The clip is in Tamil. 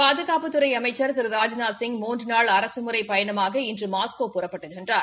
பாதுகாப்புத்துறை அமைச்சர் திரு ராஜ்நாத்சிங் மூன்று நாள் அரசுமுறைப் பயணமாக இன்று மாஸ்கோ புறப்பட்டுச் சென்றார்